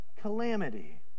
calamity